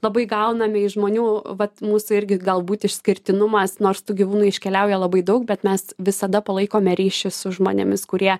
labai gauname iš žmonių vat mūsų irgi galbūt išskirtinumas nors tų gyvūnų iškeliauja labai daug bet mes visada palaikome ryšį su žmonėmis kurie